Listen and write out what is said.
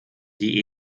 die